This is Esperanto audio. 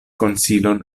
konsilojn